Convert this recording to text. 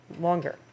longer